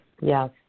Yes